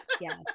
Yes